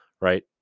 right